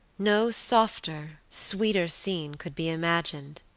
no softer, sweeter scene could be imagined.